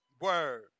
Word